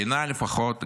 בעיניי לפחות,